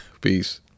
Peace